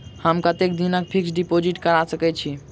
हम कतेक दिनक फिक्स्ड डिपोजिट करा सकैत छी?